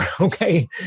Okay